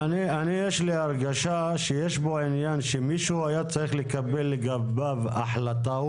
יש לי הרגשה שיש פה עניין שמישהו היה צריך לקבל לגביו החלטה,